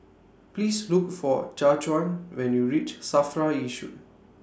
Please Look For Jajuan when YOU REACH SAFRA Yishun